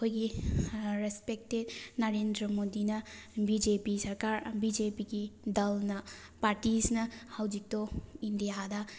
ꯑꯩꯈꯣꯏꯒꯤ ꯔꯦꯁꯄꯦꯛꯇꯦꯠ ꯅꯥꯔꯦꯟꯗ꯭ꯔ ꯃꯣꯗꯤꯅ B J P ꯁꯔꯀꯥꯔ ꯕꯤ ꯖꯦ ꯄꯤꯒꯤ ꯗꯜꯅ ꯄꯥꯔꯇꯤꯁꯤꯅ ꯍꯧꯖꯤꯛꯇꯣ ꯏꯟꯗꯤꯌꯥꯗ